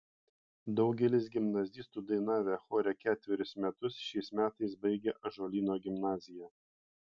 daugelis gimnazistų dainavę chore ketverius metus šiais metais baigia ąžuolyno gimnaziją